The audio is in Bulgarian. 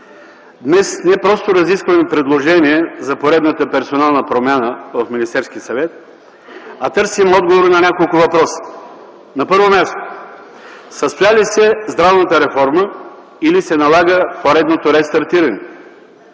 днес не просто разискваме предложение за поредната персонална промяна в Министерския съвет, а търсим отговор на няколко въпроса. На първо място, състоя ли се здравната реформа, или се налага поредното рестартиране?